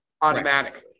automatically